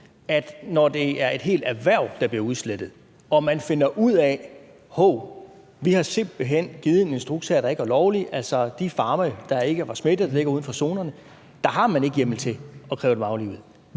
fordi det er et helt erhverv, der bliver udslettet, og at man finder ud af: Hov, vi har simpelt hen givet en instruks her, der ikke er lovlig. Altså, man har på de farme, hvor der ikke er smitte, og som ligger uden for zonerne, ikke hjemmel til at kræve dem aflivet.